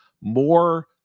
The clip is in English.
more